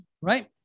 Right